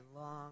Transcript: long